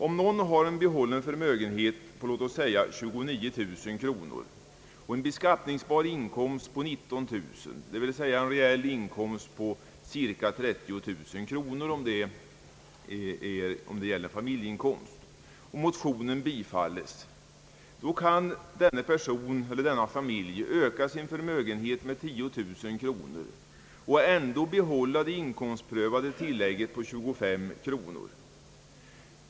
Om någon har en behållen förmögenhet på 29.000 kronor och en beskattningsbar inkomst på 19000 kronor, d. v. s. en reell inkomst på cirka 30 000 kronor, om det gäller familjeinkomst, och motionen bifalles, då kan denna familj öka sin förmögenhet med 10 000 kronor och ändå behålla det inkomstprövade tilllägget på 25 kronor.